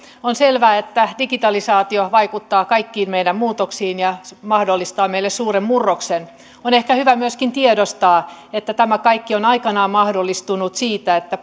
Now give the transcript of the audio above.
on selvää että digitalisaatio vaikuttaa kaikkiin meidän muutoksiin ja mahdollistaa meille suuren murroksen on ehkä hyvä myöskin tiedostaa että tämä kaikki on aikanaan mahdollistunut siitä että